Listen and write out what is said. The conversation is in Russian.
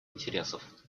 интересов